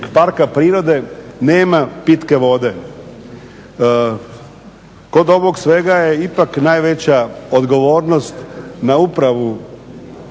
parka prirode nema pitke vode. Kod ovog svega je ipak najveća odgovornost na upravu